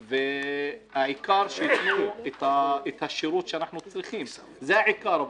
העיקר שיתנו את השירות שאנחנו צריכים, זה העיקר.